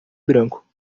branco